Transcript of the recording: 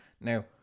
Now